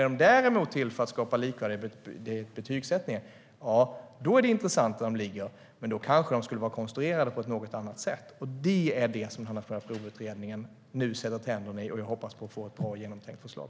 Är de däremot till för att skapa likvärdighet i betygsättningen är det intressant var de ligger, men då kanske de skulle vara konstruerade på ett något annorlunda sätt. Det är vad den nationella provutredningen nu sätter tänderna i, och jag hoppas få ett bra och genomtänkt förslag.